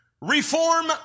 Reform